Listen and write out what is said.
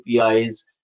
APIs